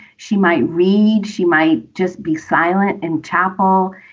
she might read. she might just be silent in chapel.